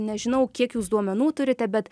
nežinau kiek jūs duomenų turite bet